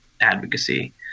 advocacy